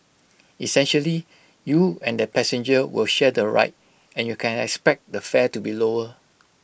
essentially you and that passenger will share the ride and you can expect the fare to be lower